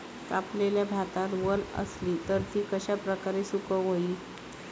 कापलेल्या भातात वल आसली तर ती कश्या प्रकारे सुकौक होई?